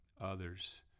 others